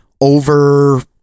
over